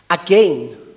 again